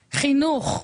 חינוך,